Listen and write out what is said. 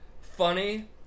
Funny